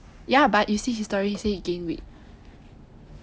ya but you see his story you see he gain weight